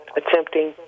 attempting